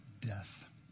death